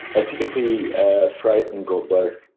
i typically fry it in gold butter.